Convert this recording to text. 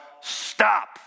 stop